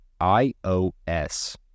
IOS